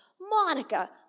Monica